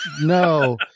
No